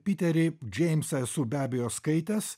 piterį džeimsą esu be abejo skaitęs